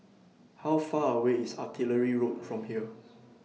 How Far away IS Artillery Road from here